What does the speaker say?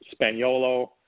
Spaniolo